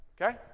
Okay